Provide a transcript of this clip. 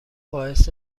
باعث